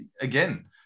again